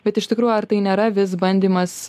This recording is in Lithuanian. bet iš tikrųjų ar tai nėra vis bandymas